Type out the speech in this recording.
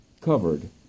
covered